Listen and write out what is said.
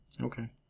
Okay